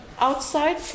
outside